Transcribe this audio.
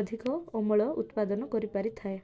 ଅଧିକ ଅମଳ ଉତ୍ପାଦନ କରିପାରିଥାଏ